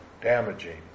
damaging